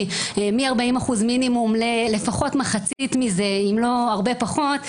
מ-40% מינימום לפחות מחצי מזה אם לא הרבה פחות,